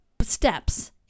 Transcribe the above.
steps